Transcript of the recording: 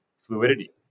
fluidity